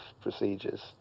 procedures